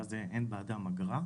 ואז אין בעדם אגרה.